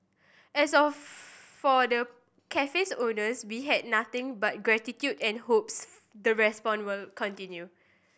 as of for the cafe's owners be had nothing but gratitude and hopes the response will continue